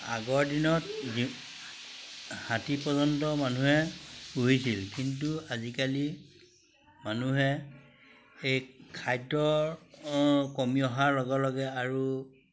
আগৰ দিনত হাতী পৰ্যন্ত মানুহে পুহিছিল কিন্তু আজিকালি মানুহে এই খাদ্য কমি অহাৰ লগে লগে আৰু